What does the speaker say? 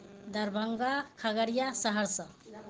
Darbhanga Khagaria Saharsa